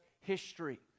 history